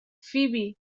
فیبی